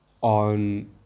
on